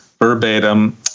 verbatim